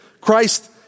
Christ